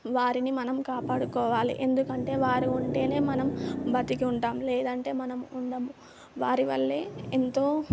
వారిని మనం కాపాడుకోవాలి ఎందుకంటే వారు ఉంటేనే మనం బ్రతికి ఉంటాము లేదంటే మనం ఉండము వారి వల్లే ఎంతో